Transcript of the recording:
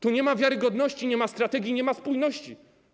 Tu nie ma wiarygodności, nie ma strategii i nie ma spójności.